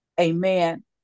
amen